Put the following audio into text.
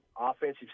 offensive